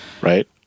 Right